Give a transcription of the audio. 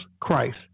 Christ